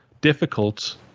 difficult